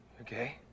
Okay